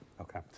Okay